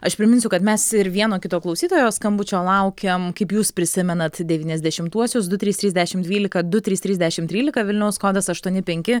aš priminsiu kad mes ir vieno kito klausytojo skambučio laukiam kaip jūs prisimenat devyniasdešimtuosius du trys trys dešimt dvylika du trys trys dešimt trylika vilniaus kodas aštuoni penki